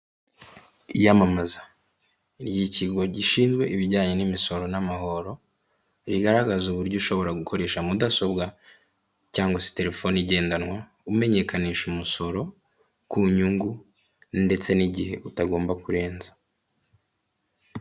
Iyamamaza ry'ikigo gishinzwe ibijyanye n'imisoro n'amahoro, rigaragaza uburyo ushobora gukoresha mudasobwa, cyangwa se telefoni igendanwa, umenyekanisha umusoro ku nyungu ndetse n'igihe utagomba kurenza.